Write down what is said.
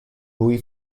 lui